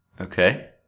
Okay